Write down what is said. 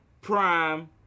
prime